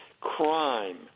crime